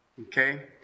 Okay